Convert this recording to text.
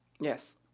Yes